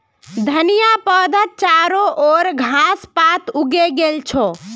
धनिया पौधात चारो ओर घास पात उगे गेल छ